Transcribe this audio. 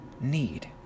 need